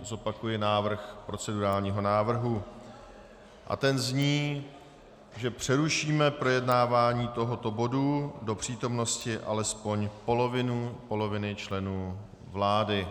Zopakuji návrh procedurálního návrhu a ten zní, že přerušíme projednávání tohoto bodu do přítomnosti alespoň poloviny členů vlády.